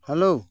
hello